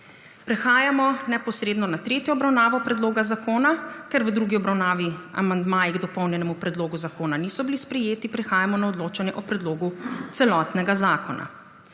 Prehajamo neposredno na tretjo obravnavo predloga zakona. Ker v drugi obravnavi amandmaji k dopolnjenemu predlogu zakona niso bili sprejeti, prehajamo na odločanje o predlogu celotnega zakona.